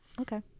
Okay